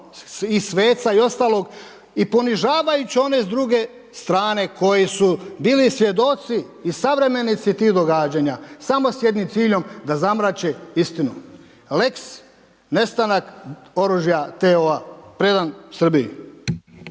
i sveca i ostalog i ponižavajući one s druge strane koji su bili svjedoci i suvremenici tih događanja, samo s jednim ciljem da zamrače istinu. Lex nestanak oružja TO predan Srbiji.